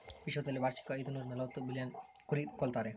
ವಿಶ್ವದಲ್ಲಿ ವಾರ್ಷಿಕ ಐದುನೂರನಲವತ್ತು ಮಿಲಿಯನ್ ಕುರಿ ಕೊಲ್ತಾರೆ